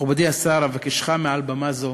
מכובדי השר, אבקשך מעל במה זו